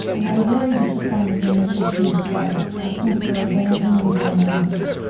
and i'm very disappointed in the region's letter, i think they're abandoning their mandate.